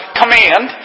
command